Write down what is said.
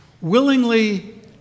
willingly